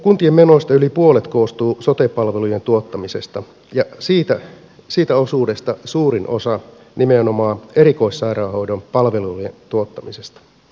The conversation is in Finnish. kuntien menoista yli puolet koostuu sote palvelujen tuottamisesta ja siitä osuudesta suurin osa nimenomaan erikoissairaanhoidon palvelujen tuottamisesta